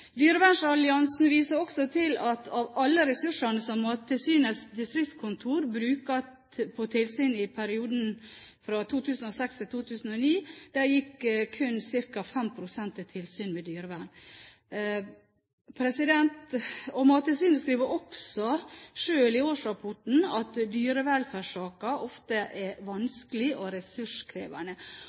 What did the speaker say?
Dyrevernalliansen viser også til at av alle ressursene Mattilsynets distriktskontorer brukte på tilsyn i perioden 2006–2009, gikk kun 5 pst. til tilsyn med dyrevern. Mattilsynet skriver også sjøl i årsrapporten at dyrevelferdssaker «er ofte vanskelige og ressurskrevende».